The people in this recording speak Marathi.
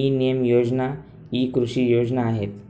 ई नेम योजना इ कृषी योजना आहेत